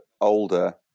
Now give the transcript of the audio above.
older